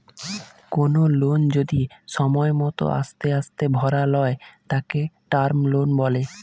কোনো লোন যদি সময় মতো আস্তে আস্তে ভরালয় তাকে টার্ম লোন বলে